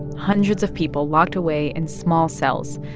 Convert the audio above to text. hundreds of people locked away in small cells.